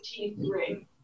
T3